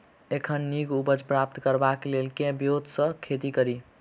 एखन नीक उपज प्राप्त करबाक लेल केँ ब्योंत सऽ खेती कड़ी?